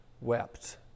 wept